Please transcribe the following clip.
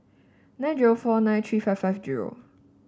nine zero four nine three five five zero